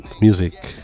music